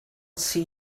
see